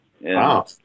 Wow